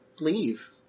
leave